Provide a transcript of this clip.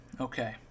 okay